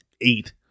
eight